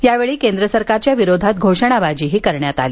यावेळी केंद्र सरकारच्या विरोधात घोषणाबाजी देखील करण्यात आली